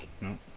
no